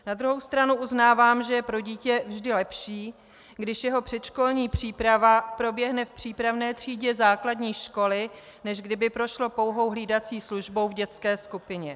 Na druhou stranu uznávám, že je pro dítě vždy lepší, když jeho předškolní příprava proběhne v přípravné třídě základní školy, než kdyby prošlo pouhou hlídací službou v dětské skupině.